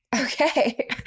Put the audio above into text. okay